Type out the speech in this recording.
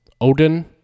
Odin